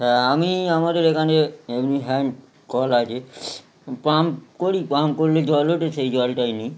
হ্যাঁ আমি আমাদের এখানে এমনি হ্যান্ড কল আছে পাম্প করি পাম্প করলে জল ওঠে সেই জলটাই নিই